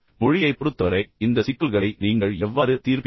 எனவே மொழியைப் பொறுத்தவரை இந்த சிக்கல்களை நீங்கள் எவ்வாறு தீர்ப்பீர்கள்